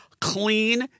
Clean